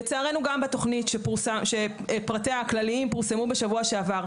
לצערנו גם בתוכנית שפרטיה הכלליים פורסמו בשבוע שעבר.